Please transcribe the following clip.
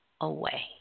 away